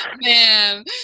Man